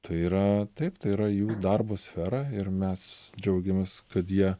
tai yra taip tai yra jų darbo sfera ir mes džiaugiamės kad jie